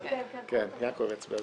יצביע במקומך.